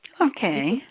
Okay